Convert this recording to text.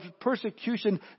persecution